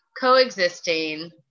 coexisting